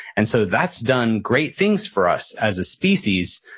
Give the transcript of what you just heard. and so that's done great things for us as a species,